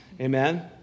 Amen